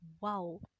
wow